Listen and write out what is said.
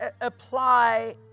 apply